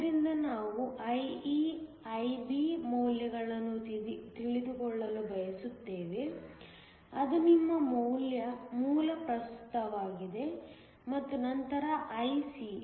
ಆದ್ದರಿಂದ ನಾವು IE IB ಮೌಲ್ಯಗಳನ್ನು ತಿಳಿದುಕೊಳ್ಳಲು ಬಯಸುತ್ತೇವೆ ಅದು ನಿಮ್ಮ ಮೂಲ ಪ್ರಸ್ತುತವಾಗಿದೆ ಮತ್ತು ನಂತರ IC